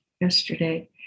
yesterday